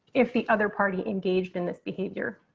if the other party engaged in this behavior.